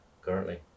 currently